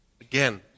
again